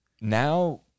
now